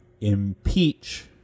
impeach